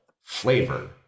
flavor